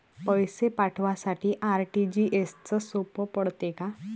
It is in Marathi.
पैसे पाठवासाठी आर.टी.जी.एसचं सोप पडते का?